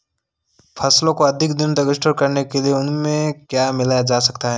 फसलों को अधिक दिनों तक स्टोर करने के लिए उनमें क्या मिलाया जा सकता है?